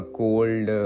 cold